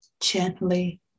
Gently